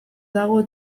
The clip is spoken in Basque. dago